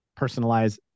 personalize